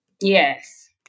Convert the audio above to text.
Yes